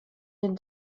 den